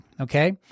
okay